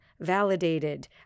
validated